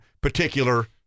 particular